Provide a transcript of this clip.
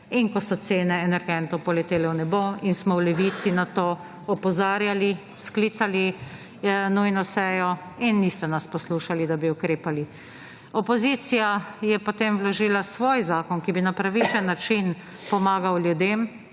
in ko so cene energentov poletele v nebo in smo v Levici na to opozarjali, sklicali nujno sejo in niste nas poslušali, da bi ukrepali. Opozicija je potem vložila svoj zakon, ki bi na pravičen način pomagal ljudem.